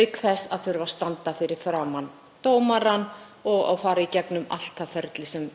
auk þess að þurfa að standa fyrir framan dómarann og fara í gegnum allt það ferli sem